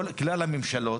כל כלל הממשלות,